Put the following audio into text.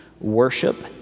worship